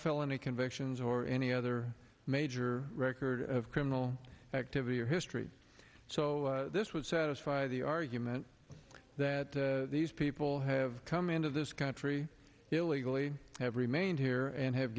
felony convictions or any other major record of criminal activity or history so this would satisfy the argument that these people have come into this country illegally have remained here and have